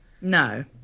No